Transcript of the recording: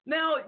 Now